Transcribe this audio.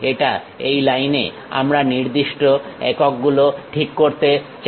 এখন এই লাইনে আমরা নির্দিষ্ট একক গুলো ঠিক করতে চাই